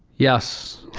yes.